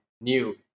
new